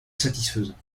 satisfaisant